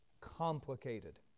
complicated